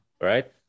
right